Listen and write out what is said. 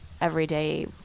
everyday